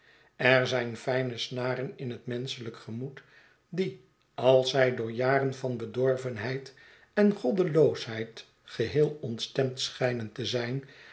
er zijn fijne snaren in het menschelijk gemoed die als zij door jaren van bedorvenheid en goddeloosheid geheel ontstemd schijnen te zijn